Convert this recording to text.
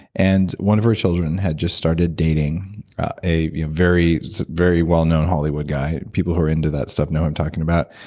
and one of her children had just started dating a you know very very well-known hollywood guy. people who are into that stuff know who i'm talking about.